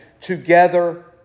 together